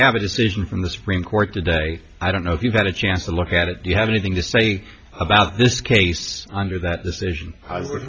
have a decision from the supreme court today i don't know if you've had a chance to look at it do you have anything to say about this case under that decision